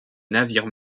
navire